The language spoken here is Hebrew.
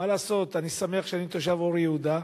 מה לעשות, שמח שאני תושב אור-יהודה,